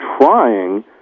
trying